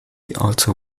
also